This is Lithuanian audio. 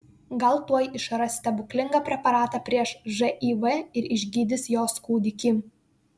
gal tuoj išras stebuklingą preparatą prieš živ ir išgydys jos kūdikį